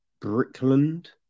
Brickland